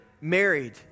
married